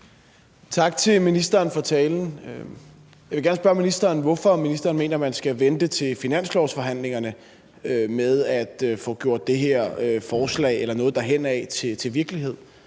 Tak til ministeren for talen. Jeg vil gerne spørge ministeren, hvorfor ministeren mener, man skal vente til finanslovsforhandlingerne med at få gjort det her forslag – eller noget i den retning – til virkelighed.